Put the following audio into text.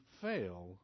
fail